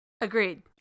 Agreed